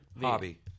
Hobby